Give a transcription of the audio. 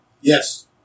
Yes